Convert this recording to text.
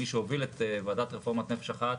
מי שהוביל את ועדת רפורמות "נפש אחת"